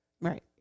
Right